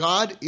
God